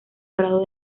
prado